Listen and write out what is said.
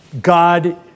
God